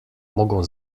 mogą